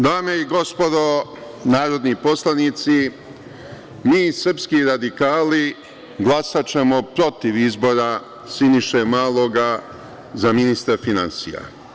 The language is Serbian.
Dame i gospodo narodni poslanici, mi srpski radikali glasaćemo protiv izbora Siniše Maloga za ministra finansija.